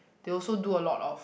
they also do a lot of